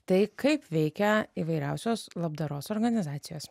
tai kaip veikia įvairiausios labdaros organizacijos